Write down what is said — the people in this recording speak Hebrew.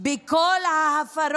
על כל ההפרות